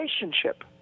relationship